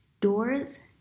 doors